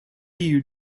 you